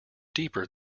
deeper